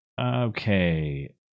Okay